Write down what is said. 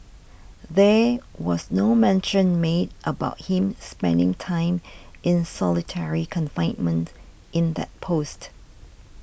there was no mention made about him spending time in solitary confinement in that post